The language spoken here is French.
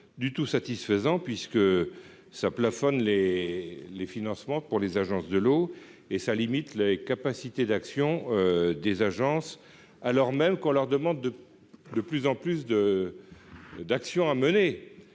du tout satisfaisant puisque ça plafonne les les financements pour les agences de l'eau et ça limite les capacités d'action des agences, alors même qu'on leur demande de plus en plus de d'actions à mener